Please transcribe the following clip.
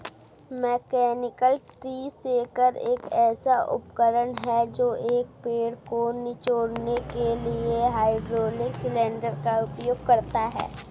mechanical tree shaker एक ऐसा उपकरण है जो एक पेड़ को निचोड़ने के लिए हाइड्रोलिक सिलेंडर का उपयोग करता है